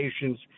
patients